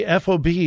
FOB